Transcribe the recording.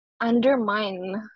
undermine